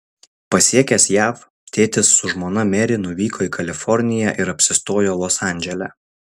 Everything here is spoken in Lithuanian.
pasiekęs jav tėtis su žmona meri nuvyko į kaliforniją ir apsistojo los andžele